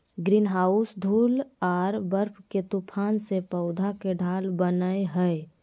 greenhouse धूल आर बर्फ के तूफान से पौध के ढाल बनय हइ